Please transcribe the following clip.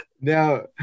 Now